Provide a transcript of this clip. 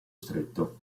stretto